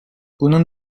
bunun